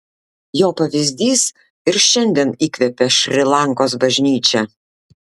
jo pavyzdys ir šiandien įkvepia šri lankos bažnyčią